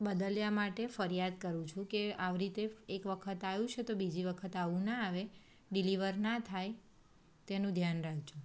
બદલ્યા માટે ફરિયાદ કરું છું કે આવી રીતે એકવખત આવ્યું છે તો બીજી વખત આવુ ના આવે ડિલિવર ના થાય તેનું ધ્યાન રાખજો